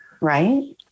right